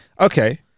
Okay